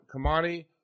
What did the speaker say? Kamani